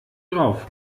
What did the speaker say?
drauf